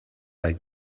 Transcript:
like